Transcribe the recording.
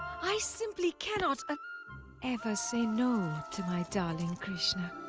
i simply cannot ah ever say no to my darling krishna.